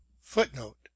Footnote